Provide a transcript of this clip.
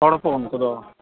ᱦᱚᱲ ᱠᱚ ᱩᱱᱠᱩ ᱫᱚ